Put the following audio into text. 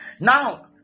Now